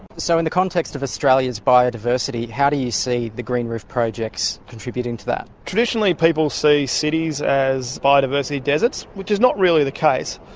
so in the context of australia's biodiversity, how do you see the green roof projects contributing to that? traditionally people see cities as biodiversity deserts, which is not really the case.